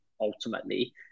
ultimately